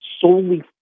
solely